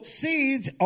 seeds